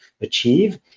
achieve